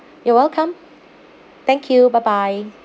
you're welcome thank you bye bye